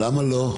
למה לא?